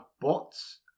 bots